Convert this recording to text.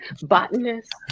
Botanist